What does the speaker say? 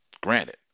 Granted